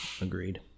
Agreed